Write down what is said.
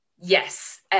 Yes